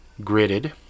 gridded